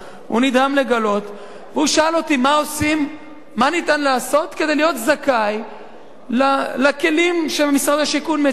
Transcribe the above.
הוא שאל אותי מה ניתן לעשות כדי להיות זכאי לכלים שמשרד השיכון מציע.